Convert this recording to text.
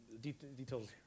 Details